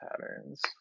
patterns